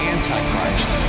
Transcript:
Antichrist